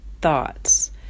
thoughts